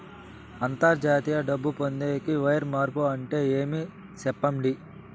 అంతర్జాతీయ డబ్బు పొందేకి, వైర్ మార్పు అంటే ఏమి? సెప్పండి?